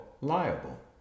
liable